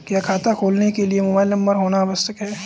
क्या खाता खोलने के लिए मोबाइल नंबर होना आवश्यक है?